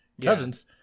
Cousins